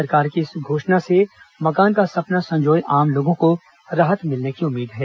सरकार की इस घोषणा से मकान का सपना संजोए आम लोगों को राहत मिलने की उम्मीद है